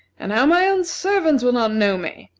and how my own servants will not know me!